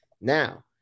Now